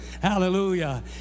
Hallelujah